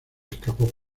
escapó